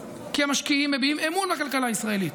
כי המשקיעים מביעים אמון בכלכלה הישראלית,